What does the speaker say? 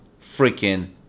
freaking